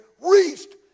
reached